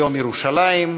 ליום ירושלים.